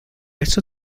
eso